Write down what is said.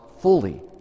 fully